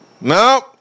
No